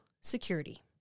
security